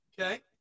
okay